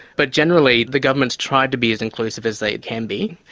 but generally the government's tried to be as inclusive as they can be.